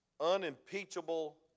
unimpeachable